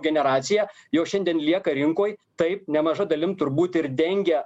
generaciją jau šiandien lieka rinkoj taip nemaža dalim turbūt ir dengia